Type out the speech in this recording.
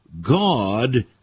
God